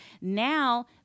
Now